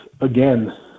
again